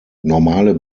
normale